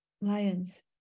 Lions